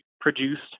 produced